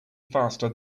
faster